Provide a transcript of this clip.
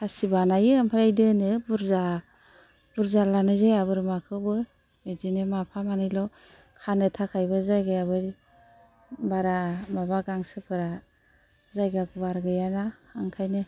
खासि बानायो ओमफाय दोनो बुर्जा बुर्जा लानाय जाया बोरमाखौबो बिदिनो माफा मानैल' खानो थाखायबो जायगायाबो बारा माबा गांसोफोरा जायगा गुवार गैयाना ओंखायनो